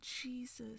Jesus